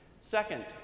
Second